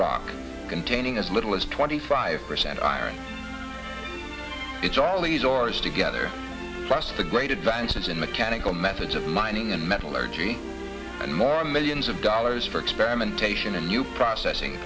rock containing as little as twenty five percent iron it's all these orange together plus the great advances in mechanical methods of mining and metallurgy and more millions of dollars for experimentation and new processing